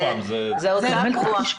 זה ציוד,